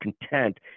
content